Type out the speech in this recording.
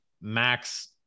Max